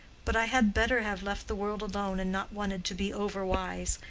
but i had better have left the world alone, and not wanted to be over-wise.